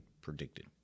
predicted